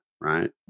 right